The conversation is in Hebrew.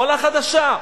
עולה חדשה.